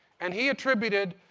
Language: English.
and he attributed